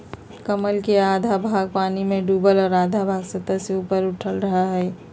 कमल के आधा भाग पानी में डूबल और आधा सतह से ऊपर उठल रहइ हइ